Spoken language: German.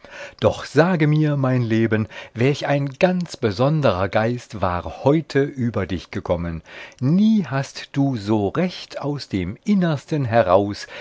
doch sage mir mein leben welch ein ganz besonderer geist war heute über dich gekommen nie hast du so recht aus dem innersten her